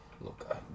look